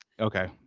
okay